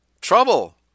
trouble